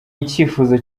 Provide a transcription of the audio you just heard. icyifuzo